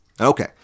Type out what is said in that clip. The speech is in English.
Okay